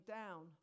down